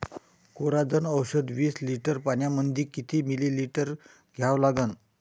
Coragen औषध विस litre पंपामंदी किती मिलीमिटर घ्या लागन?